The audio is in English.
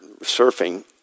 surfing